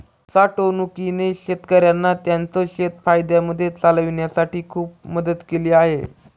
साठवणूकीने शेतकऱ्यांना त्यांचं शेत फायद्यामध्ये चालवण्यासाठी खूप मदत केली आहे